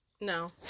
No